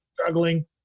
struggling